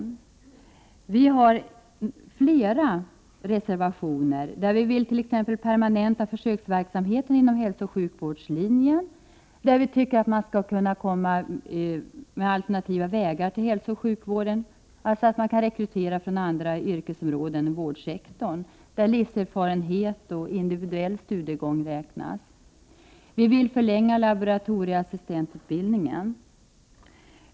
Vi i miljöpartiet har flera reservationer som går ut på att vi vill permanenta försöksverksamheten inom hälsooch sjukvårdslinjen, att vi anser att man skall kunna komma till hälsooch sjukvården på alternativa vägar, dvs. att man skall kunna rekrytera från andra yrkesområden än vårdsektorn, att livserfarenhet och individuell studiegång skall räknas. Vi vill förlänga laboratorieassistentutbildningen.